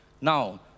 Now